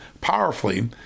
powerfully